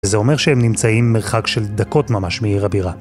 וזה אומר שהם נמצאים מרחק של דקות ממש מעיר הבירה.